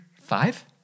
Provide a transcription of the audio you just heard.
five